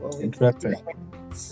Interesting